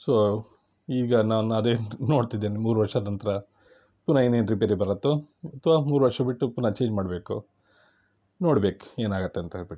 so ಈಗ ನಾನು ಅದೇ ನೋಡ್ತಿದ್ದೇನೆ ಮೂರು ವರ್ಷದ ನಂತರ ಪುನಃ ಏನೇನು ರಿಪೇರಿ ಬರತ್ತೊ ಅಥವಾ ಮೂರು ವರ್ಷ ಬಿಟ್ಟು ಪುನಃ ಚೇಂಜ್ ಮಾಡಬೇಕೋ ನೋಡ್ಬೇಕು ಏನ್ ಆಗತ್ತೆ ಅಂತ ಹೇಳಿಬಿಟ್ಟು